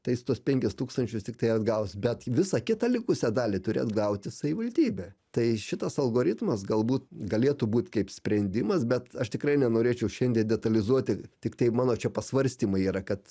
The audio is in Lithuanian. tai jis tuos penkis tūkstančius tiktai atgaus bet visą kitą likusią dalį turės gauti savivaldybė tai šitas algoritmas galbūt galėtų būt kaip sprendimas bet aš tikrai nenorėčiau šiandie detalizuoti tiktai mano čia pasvarstymai yra kad